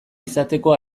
izateko